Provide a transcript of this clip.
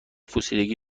پوسیدگی